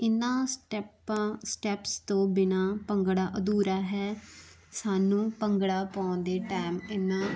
ਇਹਨਾਂ ਸਟੈਪਾਂ ਸਟੈੱਪਸ ਤੋਂ ਬਿਨਾਂ ਭੰਗੜਾ ਅਧੂਰਾ ਹੈ ਸਾਨੂੰ ਭੰਗੜਾ ਪਾਉਣ ਦੇ ਟਾਈਮ ਇਹਨਾਂ